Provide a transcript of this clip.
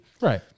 right